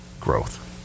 growth